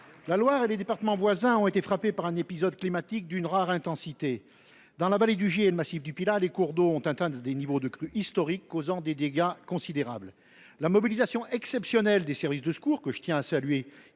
la Loire et les départements voisins viennent d’être frappés par un épisode climatique d’une rare intensité. Dans la vallée du Gier et le massif du Pilat, les cours d’eau ont atteint des niveaux de crue historiques ; on y déplore des dégâts considérables. La mobilisation exceptionnelle des services de secours, que je tiens à saluer,